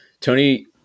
Tony